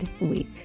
week